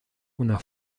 una